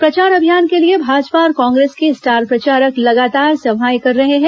प्रचार अभियान के लिए भाजपा और कांग्रेस के स्टार प्रचारक लगातार सभाएं ले रहे हैं